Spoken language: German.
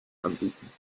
anbieten